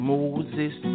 Moses